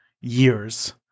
years